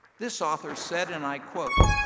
this author said, and i quote,